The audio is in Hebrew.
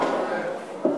סיפורי ילדים.